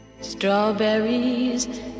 Strawberries